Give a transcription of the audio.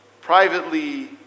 privately